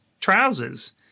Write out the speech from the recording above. trousers